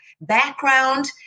background